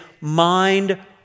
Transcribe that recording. mind